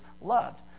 loved